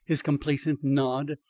his complaisant nod,